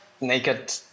naked